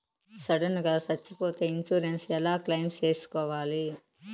Sudden గా సచ్చిపోతే insurance ఎలా క్లెయిమ్ సేసుకోవాలి?